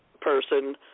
person